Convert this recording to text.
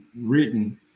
written